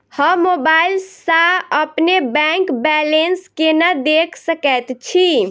हम मोबाइल सा अपने बैंक बैलेंस केना देख सकैत छी?